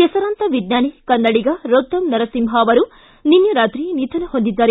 ಹೆಸರಾಂತ ವಿಜ್ಞಾನಿ ಕನ್ನಡಿಗ ರೊದ್ದಂ ನರಸಿಂಹ ಅವರು ನಿನ್ನೆ ರಾತ್ರಿ ನಿಧನ ಹೊಂದಿದ್ದಾರೆ